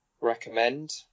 recommend